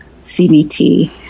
CBT